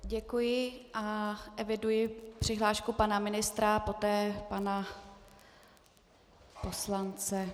Děkuji a eviduji přihlášku pana ministra, poté pana poslance.